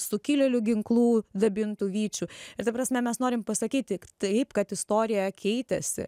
sukilėlių ginklų dabintų vyčiu ir ta prasme mes norim pasakyti taip kad istorija keitėsi